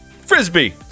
Frisbee